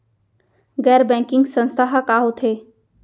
गैर बैंकिंग संस्था ह का होथे?